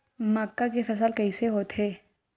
मक्का के फसल कइसे होथे?